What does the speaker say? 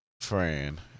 Friend